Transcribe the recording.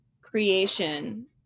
creation